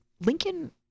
Lincoln